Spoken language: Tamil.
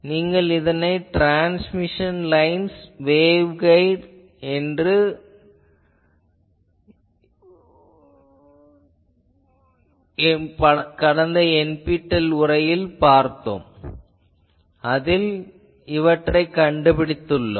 நீங்கள் இதனை transmission lines waveguide NPTEL உரையில் பார்க்கலாம் அதில் இவற்றைக் கண்டுபிடித்துள்ளோம்